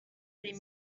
ari